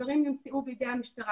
הדברים נמצאו בידי המשטרה.